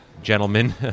Gentlemen